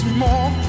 more